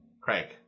Craig